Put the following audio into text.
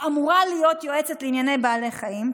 אמורה להיות יועצת לענייני בעלי חיים,